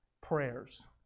prayers